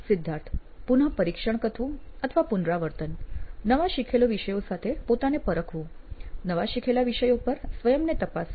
સિદ્ધાર્થ પુનઃ પરીક્ષણ કરવું અથવા પુનરાવર્તન નવા શીખેલા વિષયો સાથે પોતાને પરખવું નવા શીખેલા વિષયો પર સ્વયંને તપાસવા